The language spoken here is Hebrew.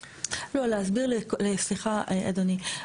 לא, להסביר, סליחה אדוני.